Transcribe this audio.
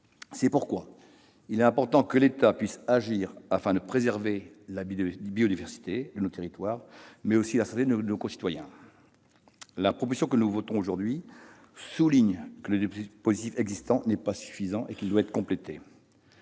C'est pourquoi il est important que l'État puisse agir afin de préserver la biodiversité de nos territoires, mais aussi la santé de nos concitoyens. La proposition de loi que nous nous apprêtons à voter aujourd'hui met en lumière le fait que le dispositif existant n'est pas suffisant et doit être complété.